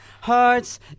heart's